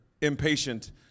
impatient